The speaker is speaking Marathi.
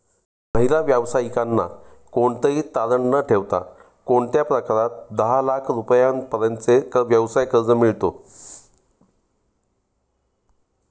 महिला व्यावसायिकांना कोणतेही तारण न ठेवता कोणत्या प्रकारात दहा लाख रुपयांपर्यंतचे व्यवसाय कर्ज मिळतो?